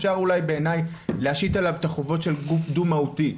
אפשר אולי בעיני להשית עליו את החובות של גוף דו-מהותי,